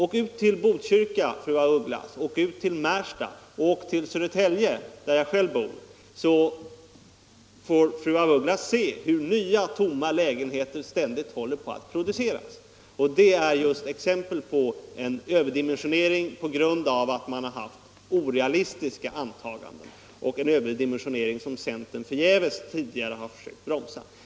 Åk ut till Botkyrka, fru af Ugglas, och åk ut till Märsta eller Södertälje — där jag själv bor — så får fru af Ugglas se hur nya lägenheter ständigt håller på att produceras! Det är just exempel på en överdimensionering på grund av att man har gjort orealistiska antaganden. Det är en överdimensionering som centern tidigare förgäves har försökt bromsa.